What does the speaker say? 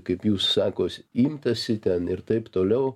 kaip jūs sakot imtasi ten ir taip toliau